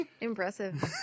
Impressive